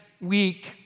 week